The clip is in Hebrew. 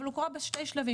אבל הוא קורה בשני שלבים,